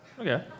Okay